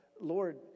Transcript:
Lord